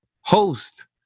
host